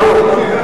ברור.